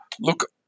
Look